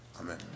amen